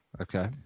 Okay